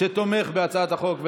שתומך בהצעת החוק,